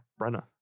brenna